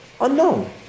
Unknown